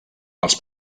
els